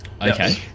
Okay